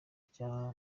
bya